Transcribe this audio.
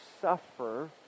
suffer